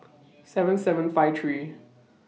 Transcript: seven seven five three